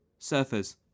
Surfers